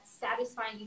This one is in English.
satisfying